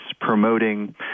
promoting